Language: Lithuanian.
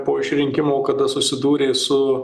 po išrinkimo kada susidūrė su